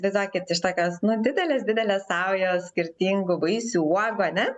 įsivaizduokit iš tokios nu didelės didelės saujos skirtingų vaisių uogų ar ne